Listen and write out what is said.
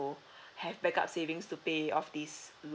have back up savings to pay off this